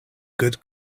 good